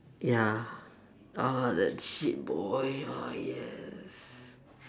ya ah that shit boy ah yes